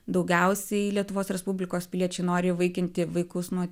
daugiausiai lietuvos respublikos piliečiai nori įvaikinti vaikus nuo